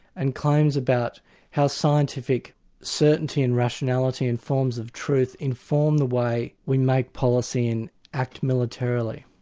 and claims about how scientific certainty and rationality and forms of truth inform the way we make policy and act militarily.